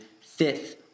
fifth